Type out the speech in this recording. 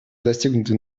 достигнутый